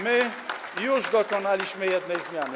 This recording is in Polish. My już dokonaliśmy jednej zmiany.